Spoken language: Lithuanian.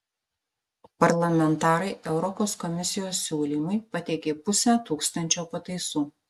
parlamentarai europos komisijos siūlymui pateikė pusę tūkstančio pataisų